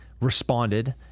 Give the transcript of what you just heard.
responded